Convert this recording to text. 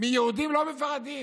מיהודים לא מפחדים,